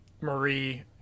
Marie